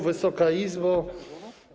Wysoka Izbo!